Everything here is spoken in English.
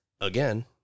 again